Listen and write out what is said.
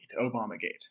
Obamagate